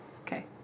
Okay